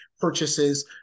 purchases